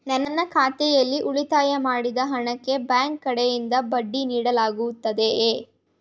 ನನ್ನ ಖಾತೆಯಲ್ಲಿ ಉಳಿತಾಯ ಮಾಡಿದ ಹಣಕ್ಕೆ ಬ್ಯಾಂಕ್ ಕಡೆಯಿಂದ ಬಡ್ಡಿ ನೀಡಲಾಗುತ್ತದೆಯೇ?